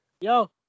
Yo